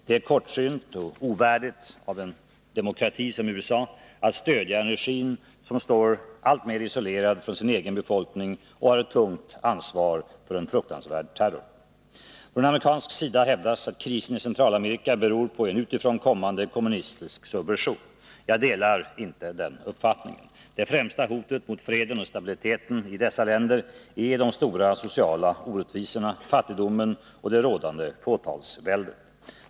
Det är kortsynt och ovärdigt av en demokrati som USA att stödja en regim som står alltmer isolerad från sin egen befolkning och med ett tungt ansvar för en fruktansvärd terror. Från amerikansk sida hävdas att krisen i Centralamerika beror på en utifrån kommande kommunistisk subversion. Jag delar inte den uppfattningen. Det främsta hotet mot freden och stabiliteten i dessa länder är de stora sociala orättvisorna, fattigdomen och det rådande fåtalsväldet.